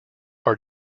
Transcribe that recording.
are